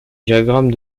diagramme